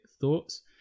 Thoughts